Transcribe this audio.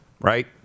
right